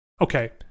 okay